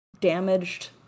damaged